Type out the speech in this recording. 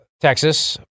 Texas